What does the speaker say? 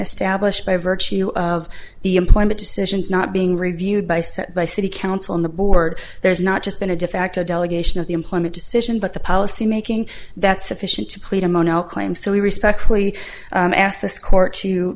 establish by virtue of the employment decisions not being reviewed by said by city council on the board there is not just been a de facto delegation of the employment decision but the policy making that sufficient to plead a mono claim so we respectfully ask this court to